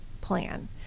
plan